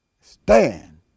Stand